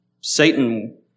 Satan